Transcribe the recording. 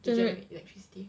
generate